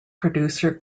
producer